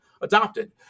adopted